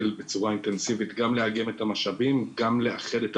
שלל נושאים שאני אשמח כן בדקות שנותרו לנו לשמוע את התייחסותך ולאחר מכן